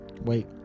Wait